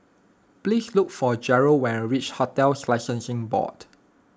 please look for Jerrell when you reach Hotels Licensing Board